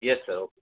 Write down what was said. yes sir okay